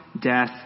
death